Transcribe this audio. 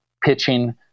pitching